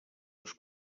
les